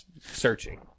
searching